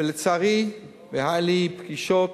היו לי פגישות